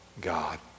God